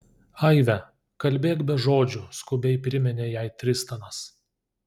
aive kalbėk be žodžių skubiai priminė jai tristanas